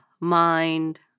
mind